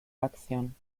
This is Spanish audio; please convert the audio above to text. acción